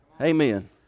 Amen